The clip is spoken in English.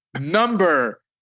number